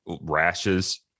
rashes